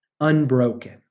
unbroken